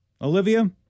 Olivia